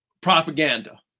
propaganda